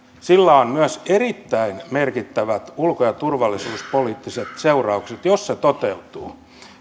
sillä on myös erittäin merkittävät ulko ja turvallisuuspoliittiset seuraukset jos se toteutuu